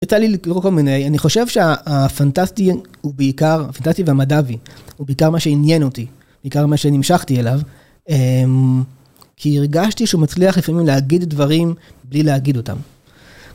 יצא לי לקרוא כל מיני .. אני חושב שהפנטסטי בעיקר, הפנטסטי והמד"בי הוא בעיקר מה שעניין אותי, בעיקר מה שנמשכתי אליו, כי הרגשתי שהוא מצליח לפעמים להגיד דברים בלי להגיד אותם.